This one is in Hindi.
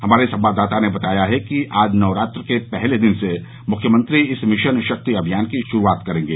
हमारे संवाददाता ने बताया है कि आज नवरात्र के पहले दिन से मुख्यमंत्री इस मिशन शक्ति अमियान की शुरूआत करेंगे